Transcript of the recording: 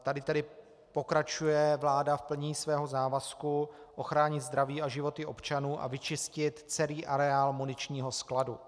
Tady tedy pokračuje vláda v plnění svého závazku ochránit zdraví a životy občanů a vyčistit celý areál muničního skladu.